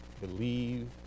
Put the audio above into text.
believe